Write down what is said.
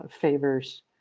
favors